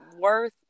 worth